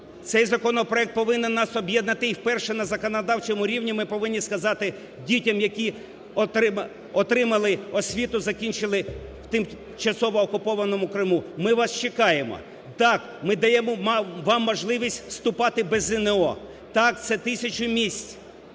цей законопроект повинен нас об'єднати і вперше на законодавчому рівні ми повинні сказати дітям, які отримали освіту закінчили в тимчасово окупованому Криму: ми вас чекаємо, так, ми даємо вам можливість вступати без ЗНО, так, це тисячу місць,